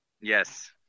Yes